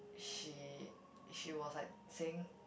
she she was like saying